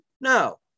No